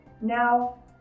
Now